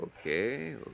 Okay